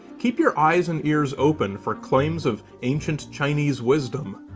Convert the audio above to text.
keep your eyes and ears open for claims of ancient chinese wisdom,